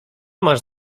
masz